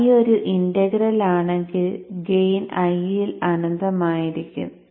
I ഒരു integral ആണെങ്കിൽ gain I യിൽ അനന്തമായിരിക്കും